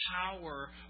power